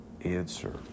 answer